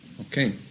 Okay